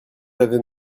l’avez